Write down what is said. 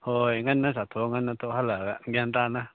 ꯍꯣꯏ ꯉꯟꯅ ꯆꯥꯊꯣꯛꯑ ꯉꯟꯅ ꯊꯣꯛ ꯍꯜꯂꯛꯑꯒ ꯒ꯭ꯌꯥꯟ ꯇꯥꯅ